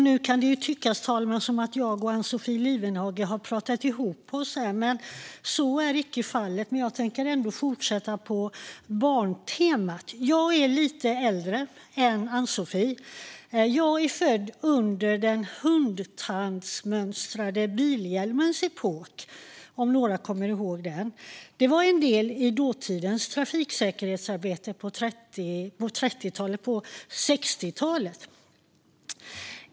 Nu kan det tyckas som om jag och Ann-Sofie Lifvenhage har pratat ihop oss. Så är icke fallet, men jag tänker fortsätta på barntemat. Jag är lite äldre än Ann-Sofie Lifvenhage. Jag är född under den hundtandsmönstrade bilhjälmens epok, om några kommer ihåg den. Den var en del i dåtidens trafiksäkerhetsarbete på 60-talet.